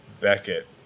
Beckett